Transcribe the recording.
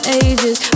ages